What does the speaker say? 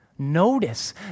Notice